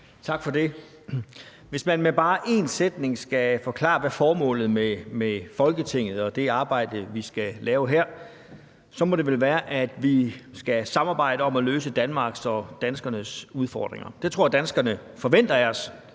Tak for det. Hvis man med bare en sætning skal forklare, hvad formålet med Folketinget og det arbejde, vi skal lave her, er, må det vel være, at vi skal samarbejde om at løse Danmarks og danskernes udfordringer. Det tror jeg at danskerne forventer af os.